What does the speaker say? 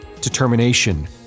determination